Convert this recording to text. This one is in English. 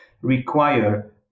require